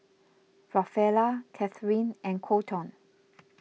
Rafaela Cathrine and Kolton